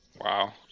wow